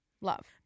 Love